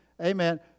Amen